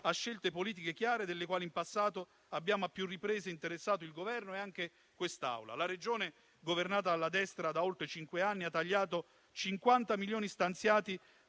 scelte politiche chiare, delle quali in passato abbiamo a più riprese interessato il Governo e anche quest'Aula. La Regione, governata dalla destra da oltre cinque anni, ha tagliato 50 milioni stanziati